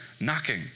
knocking